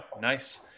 Nice